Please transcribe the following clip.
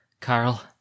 Carl